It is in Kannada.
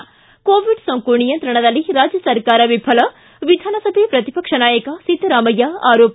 ಿ ಕೋವಿಡ್ ಸೋಂಕು ನಿಯಂತ್ರಣದಲ್ಲಿ ರಾಜ್ಯ ಸರ್ಕಾರ ವಿಫಲ ವಿಧಾನಸಭೆ ಶ್ರತಿಪಕ್ಷ ನಾಯಕ ಸಿದ್ದರಾಮಯ್ಯ ಆರೋಪ